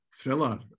thriller